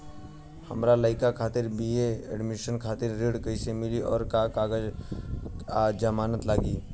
हमार लइका खातिर बी.ए एडमिशन खातिर ऋण कइसे मिली और का का कागज आ जमानत लागी?